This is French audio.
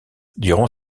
durant